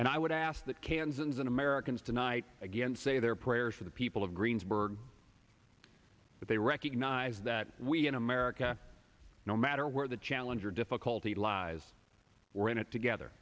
and i would ask that kansans and americans tonight again say their prayers for the people of greensburg but they recognize that we in america no matter where the challenger difficulty lies we're in it together